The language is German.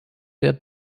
der